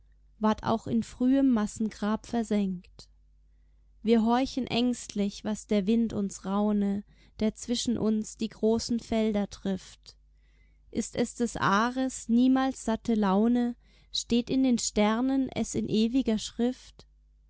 ward auch in frühem massengrab versenkt wir horchen ängstlich was der wind uns raune der zwischen uns die großen felder trifft ist es des ares niemals satte laune steht in den sternen es in ewiger schrift